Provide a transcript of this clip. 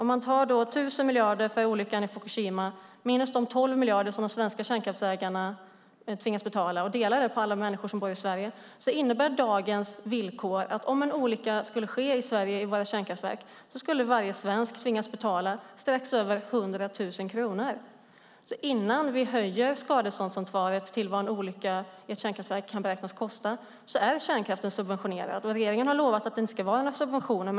Om man tar 1 000 miljarder för olyckan i Fukushima minus de 12 miljarder som de svenska kärnkraftsägarna tvingas betala och delar det på alla människor som bor i Sverige innebär dagens villkor att varje svensk skulle tvingas betala strax över 100 000 kronor om en olycka skulle ske i våra kärnkraftverk i Sverige. Innan vi höjer skadeståndsansvaret till vad en olycka i ett kärnkraftverk beräknas kosta är kärnkraften subventionerad. Regeringen har lovat att det inte ska vara några subventioner.